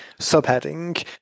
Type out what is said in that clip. subheading